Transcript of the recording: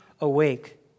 awake